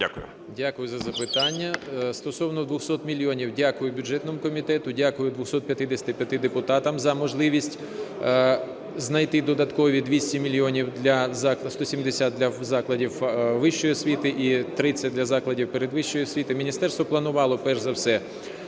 Дякую за запитання. Стосовно 200 мільйонів, дякую бюджетному комітету, дякую 255 депутатам за можливість знайти додаткові 200 мільйонів (170 – для закладів вищої освіти і 30 – для закладів передвищої освіти). Міністерство планувало перш за все